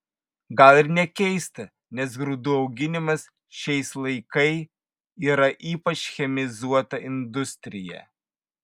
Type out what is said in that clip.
gal ir nekeista nes grūdų auginimas šiais laikai yra ypač chemizuota industrija